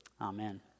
Amen